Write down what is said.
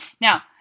Now